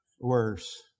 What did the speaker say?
worse